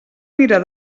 mirar